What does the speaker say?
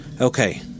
Okay